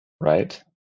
right